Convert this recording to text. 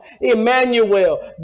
Emmanuel